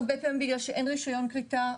הרבה פעמים בגלל שאין רישיון כריתה,